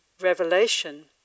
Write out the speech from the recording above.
revelation